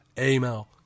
Email